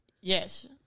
Yes